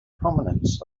prominence